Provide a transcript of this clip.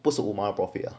不是五毛的 profit